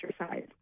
exercise